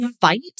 fight